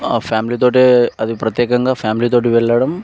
మా ఫ్యామిలీతో అది ప్రత్యేకంగా ఫ్యామిలీతో వెళ్ళడం